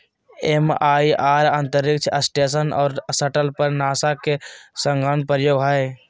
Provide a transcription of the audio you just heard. MIR अंतरिक्ष station और shuttle पर नासा के संलग्न प्रयोग हइ